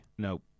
No